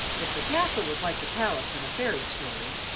if the castle was like the palace in a fairy story,